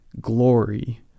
glory